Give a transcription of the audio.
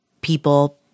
people